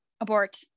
abort